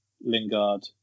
Lingard